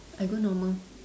I go normal